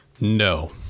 No